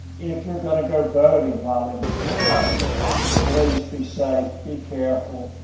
if you are going to go boating while in the waterways please be safe, be careful,